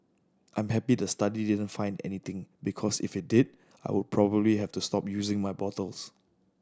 I'm happy the study didn't find anything because if it did I would probably have to stop using my bottles